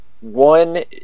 One